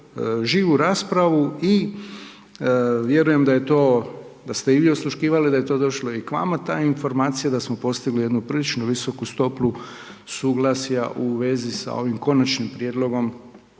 živu raspravu i vjerujem da je to, da ste i vi to osluškivali da je to došlo i k vama ta informacija, da smo postigli jednu prilično visoku stopu suglasja u vezi sa ovim konačnim prijedlogom